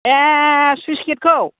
ए सुइस गेट खौ